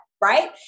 right